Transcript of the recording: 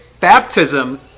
baptism